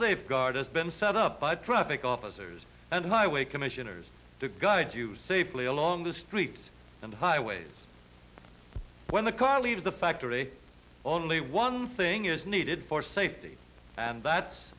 safeguard has been set up by traffic officers and highway commissioners to guide you safely along the streets and highways when the car leaves the factory only one thing is needed for safety and that